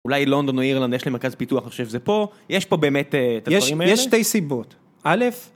אולי לונדון או אירלנד יש להם מרכז פיתוח, אני חושב שזה פה, יש פה באמת את הדברים האלה? יש שתי סיבות, א',